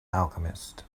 alchemist